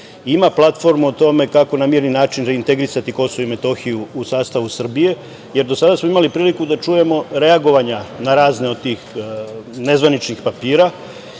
ima platformu o tome kako na mirni način reintegrisati Kosovo i Metohiju u sastavu Srbije? Do sada smo imali prilike da čujemo reagovanja na razne od tih nezvaničnih papira